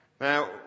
Now